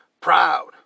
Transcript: proud